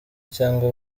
cyangwa